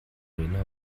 corinna